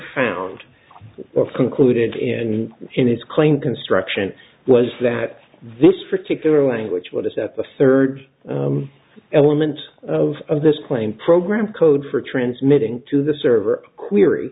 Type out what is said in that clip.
found or concluded in his claim construction was that this particular language what is that the third element of this claim program code for transmitting to the server query